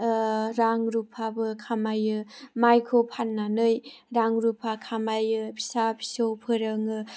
रां रुफाबो खामायो माइखौ फाननानै रां रुफा खामायो फिसा फिसौ फोरोङो